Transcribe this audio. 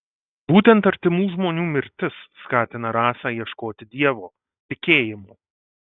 būtent artimų žmonių mirtis skatina rasą ieškoti dievo tikėjimo